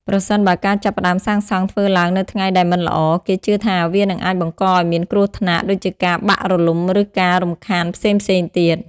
ប្រសិនបើការចាប់ផ្តើមសាងសង់ធ្វើឡើងនៅថ្ងៃដែលមិនល្អ គេជឿថាវានឹងអាចបង្កឲ្យមានគ្រោះថ្នាក់ ដូចជាការបាក់រលំឬការរំខានផ្សេងៗទៀត។